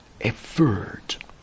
effort